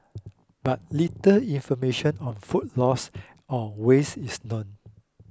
but little information on food loss or waste is known